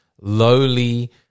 lowly